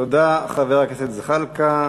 תודה, חבר הכנסת זחאלקה.